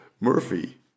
Murphy